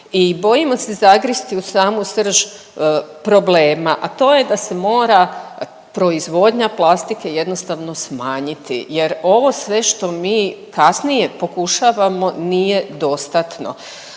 bojimo se zagristi u samu srž problema, a to je da se mora proizvodnja plastike jednostavno smanjiti jer ovo sve što mi kasnije pokušavamo nije dostatno.